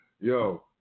Yo